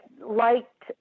liked